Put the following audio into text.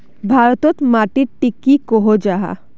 भारत तोत माटित टिक की कोहो जाहा?